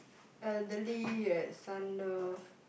elderly at Sunlove